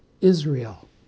Israel